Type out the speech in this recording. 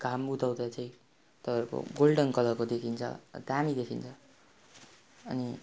घाम उदाउँदा चाहिँ तपाईँहरूको गोल्डन कलरको देखिन्छ दामी देखिन्छ अनि